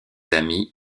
amis